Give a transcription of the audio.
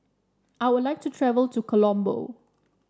I would like to travel to Colombo